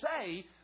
say